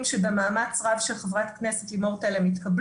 שהתקבלו במאמץ רב של חברת הכנסת לימור מגן תלם.